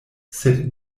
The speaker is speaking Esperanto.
sed